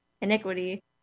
iniquity